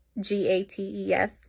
G-A-T-E-S